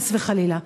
חס וחלילה,